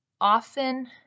often